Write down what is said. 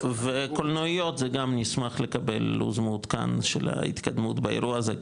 וקולנועיות גם נשמח לקבל מעודכן של ההתקדמות באירוע הזה,